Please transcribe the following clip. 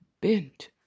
bent